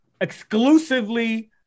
exclusively